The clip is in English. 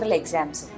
exams